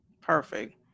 Perfect